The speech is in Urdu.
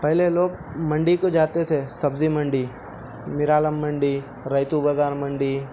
پہلے لوگ منڈی کو جاتے تھے سبزی منڈی میرالم منڈی ریتو بازار منڈی